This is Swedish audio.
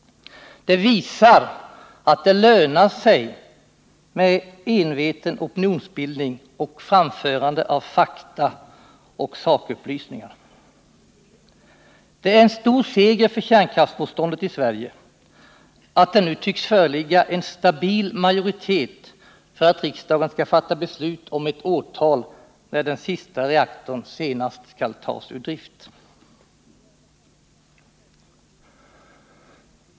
Det visar att det lönar sig med enveten opinionsbildning och framförande av fakta och sakupplysningar. Det är en stor seger för kärnkraftsmotståndet i Sverige att det nu tycks föreligga en stabil majoritet för att riksdagen skall fatta beslut om det årtal då den sista reaktorn senast skall tas ur drift.